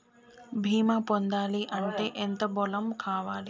బీమా పొందాలి అంటే ఎంత పొలం కావాలి?